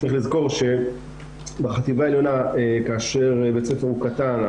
צריך לזכור שבחטיבה העליונה כאשר בית הספר הוא קטן,